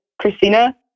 Christina